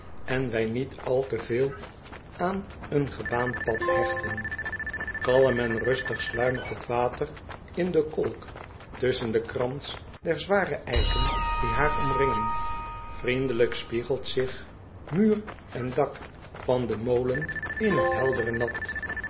en wij niet al te veel aan een gebaand pad hechten alm en rustig sluimert het water in de kolk tusschen den krans der zware eiken die haar omringen riendelijk spiegelt zich muur en dak van den molen in het heldere nat